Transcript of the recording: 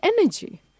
energy